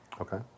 Okay